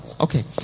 Okay